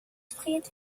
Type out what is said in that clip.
friert